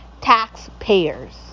Taxpayers